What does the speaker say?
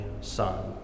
Son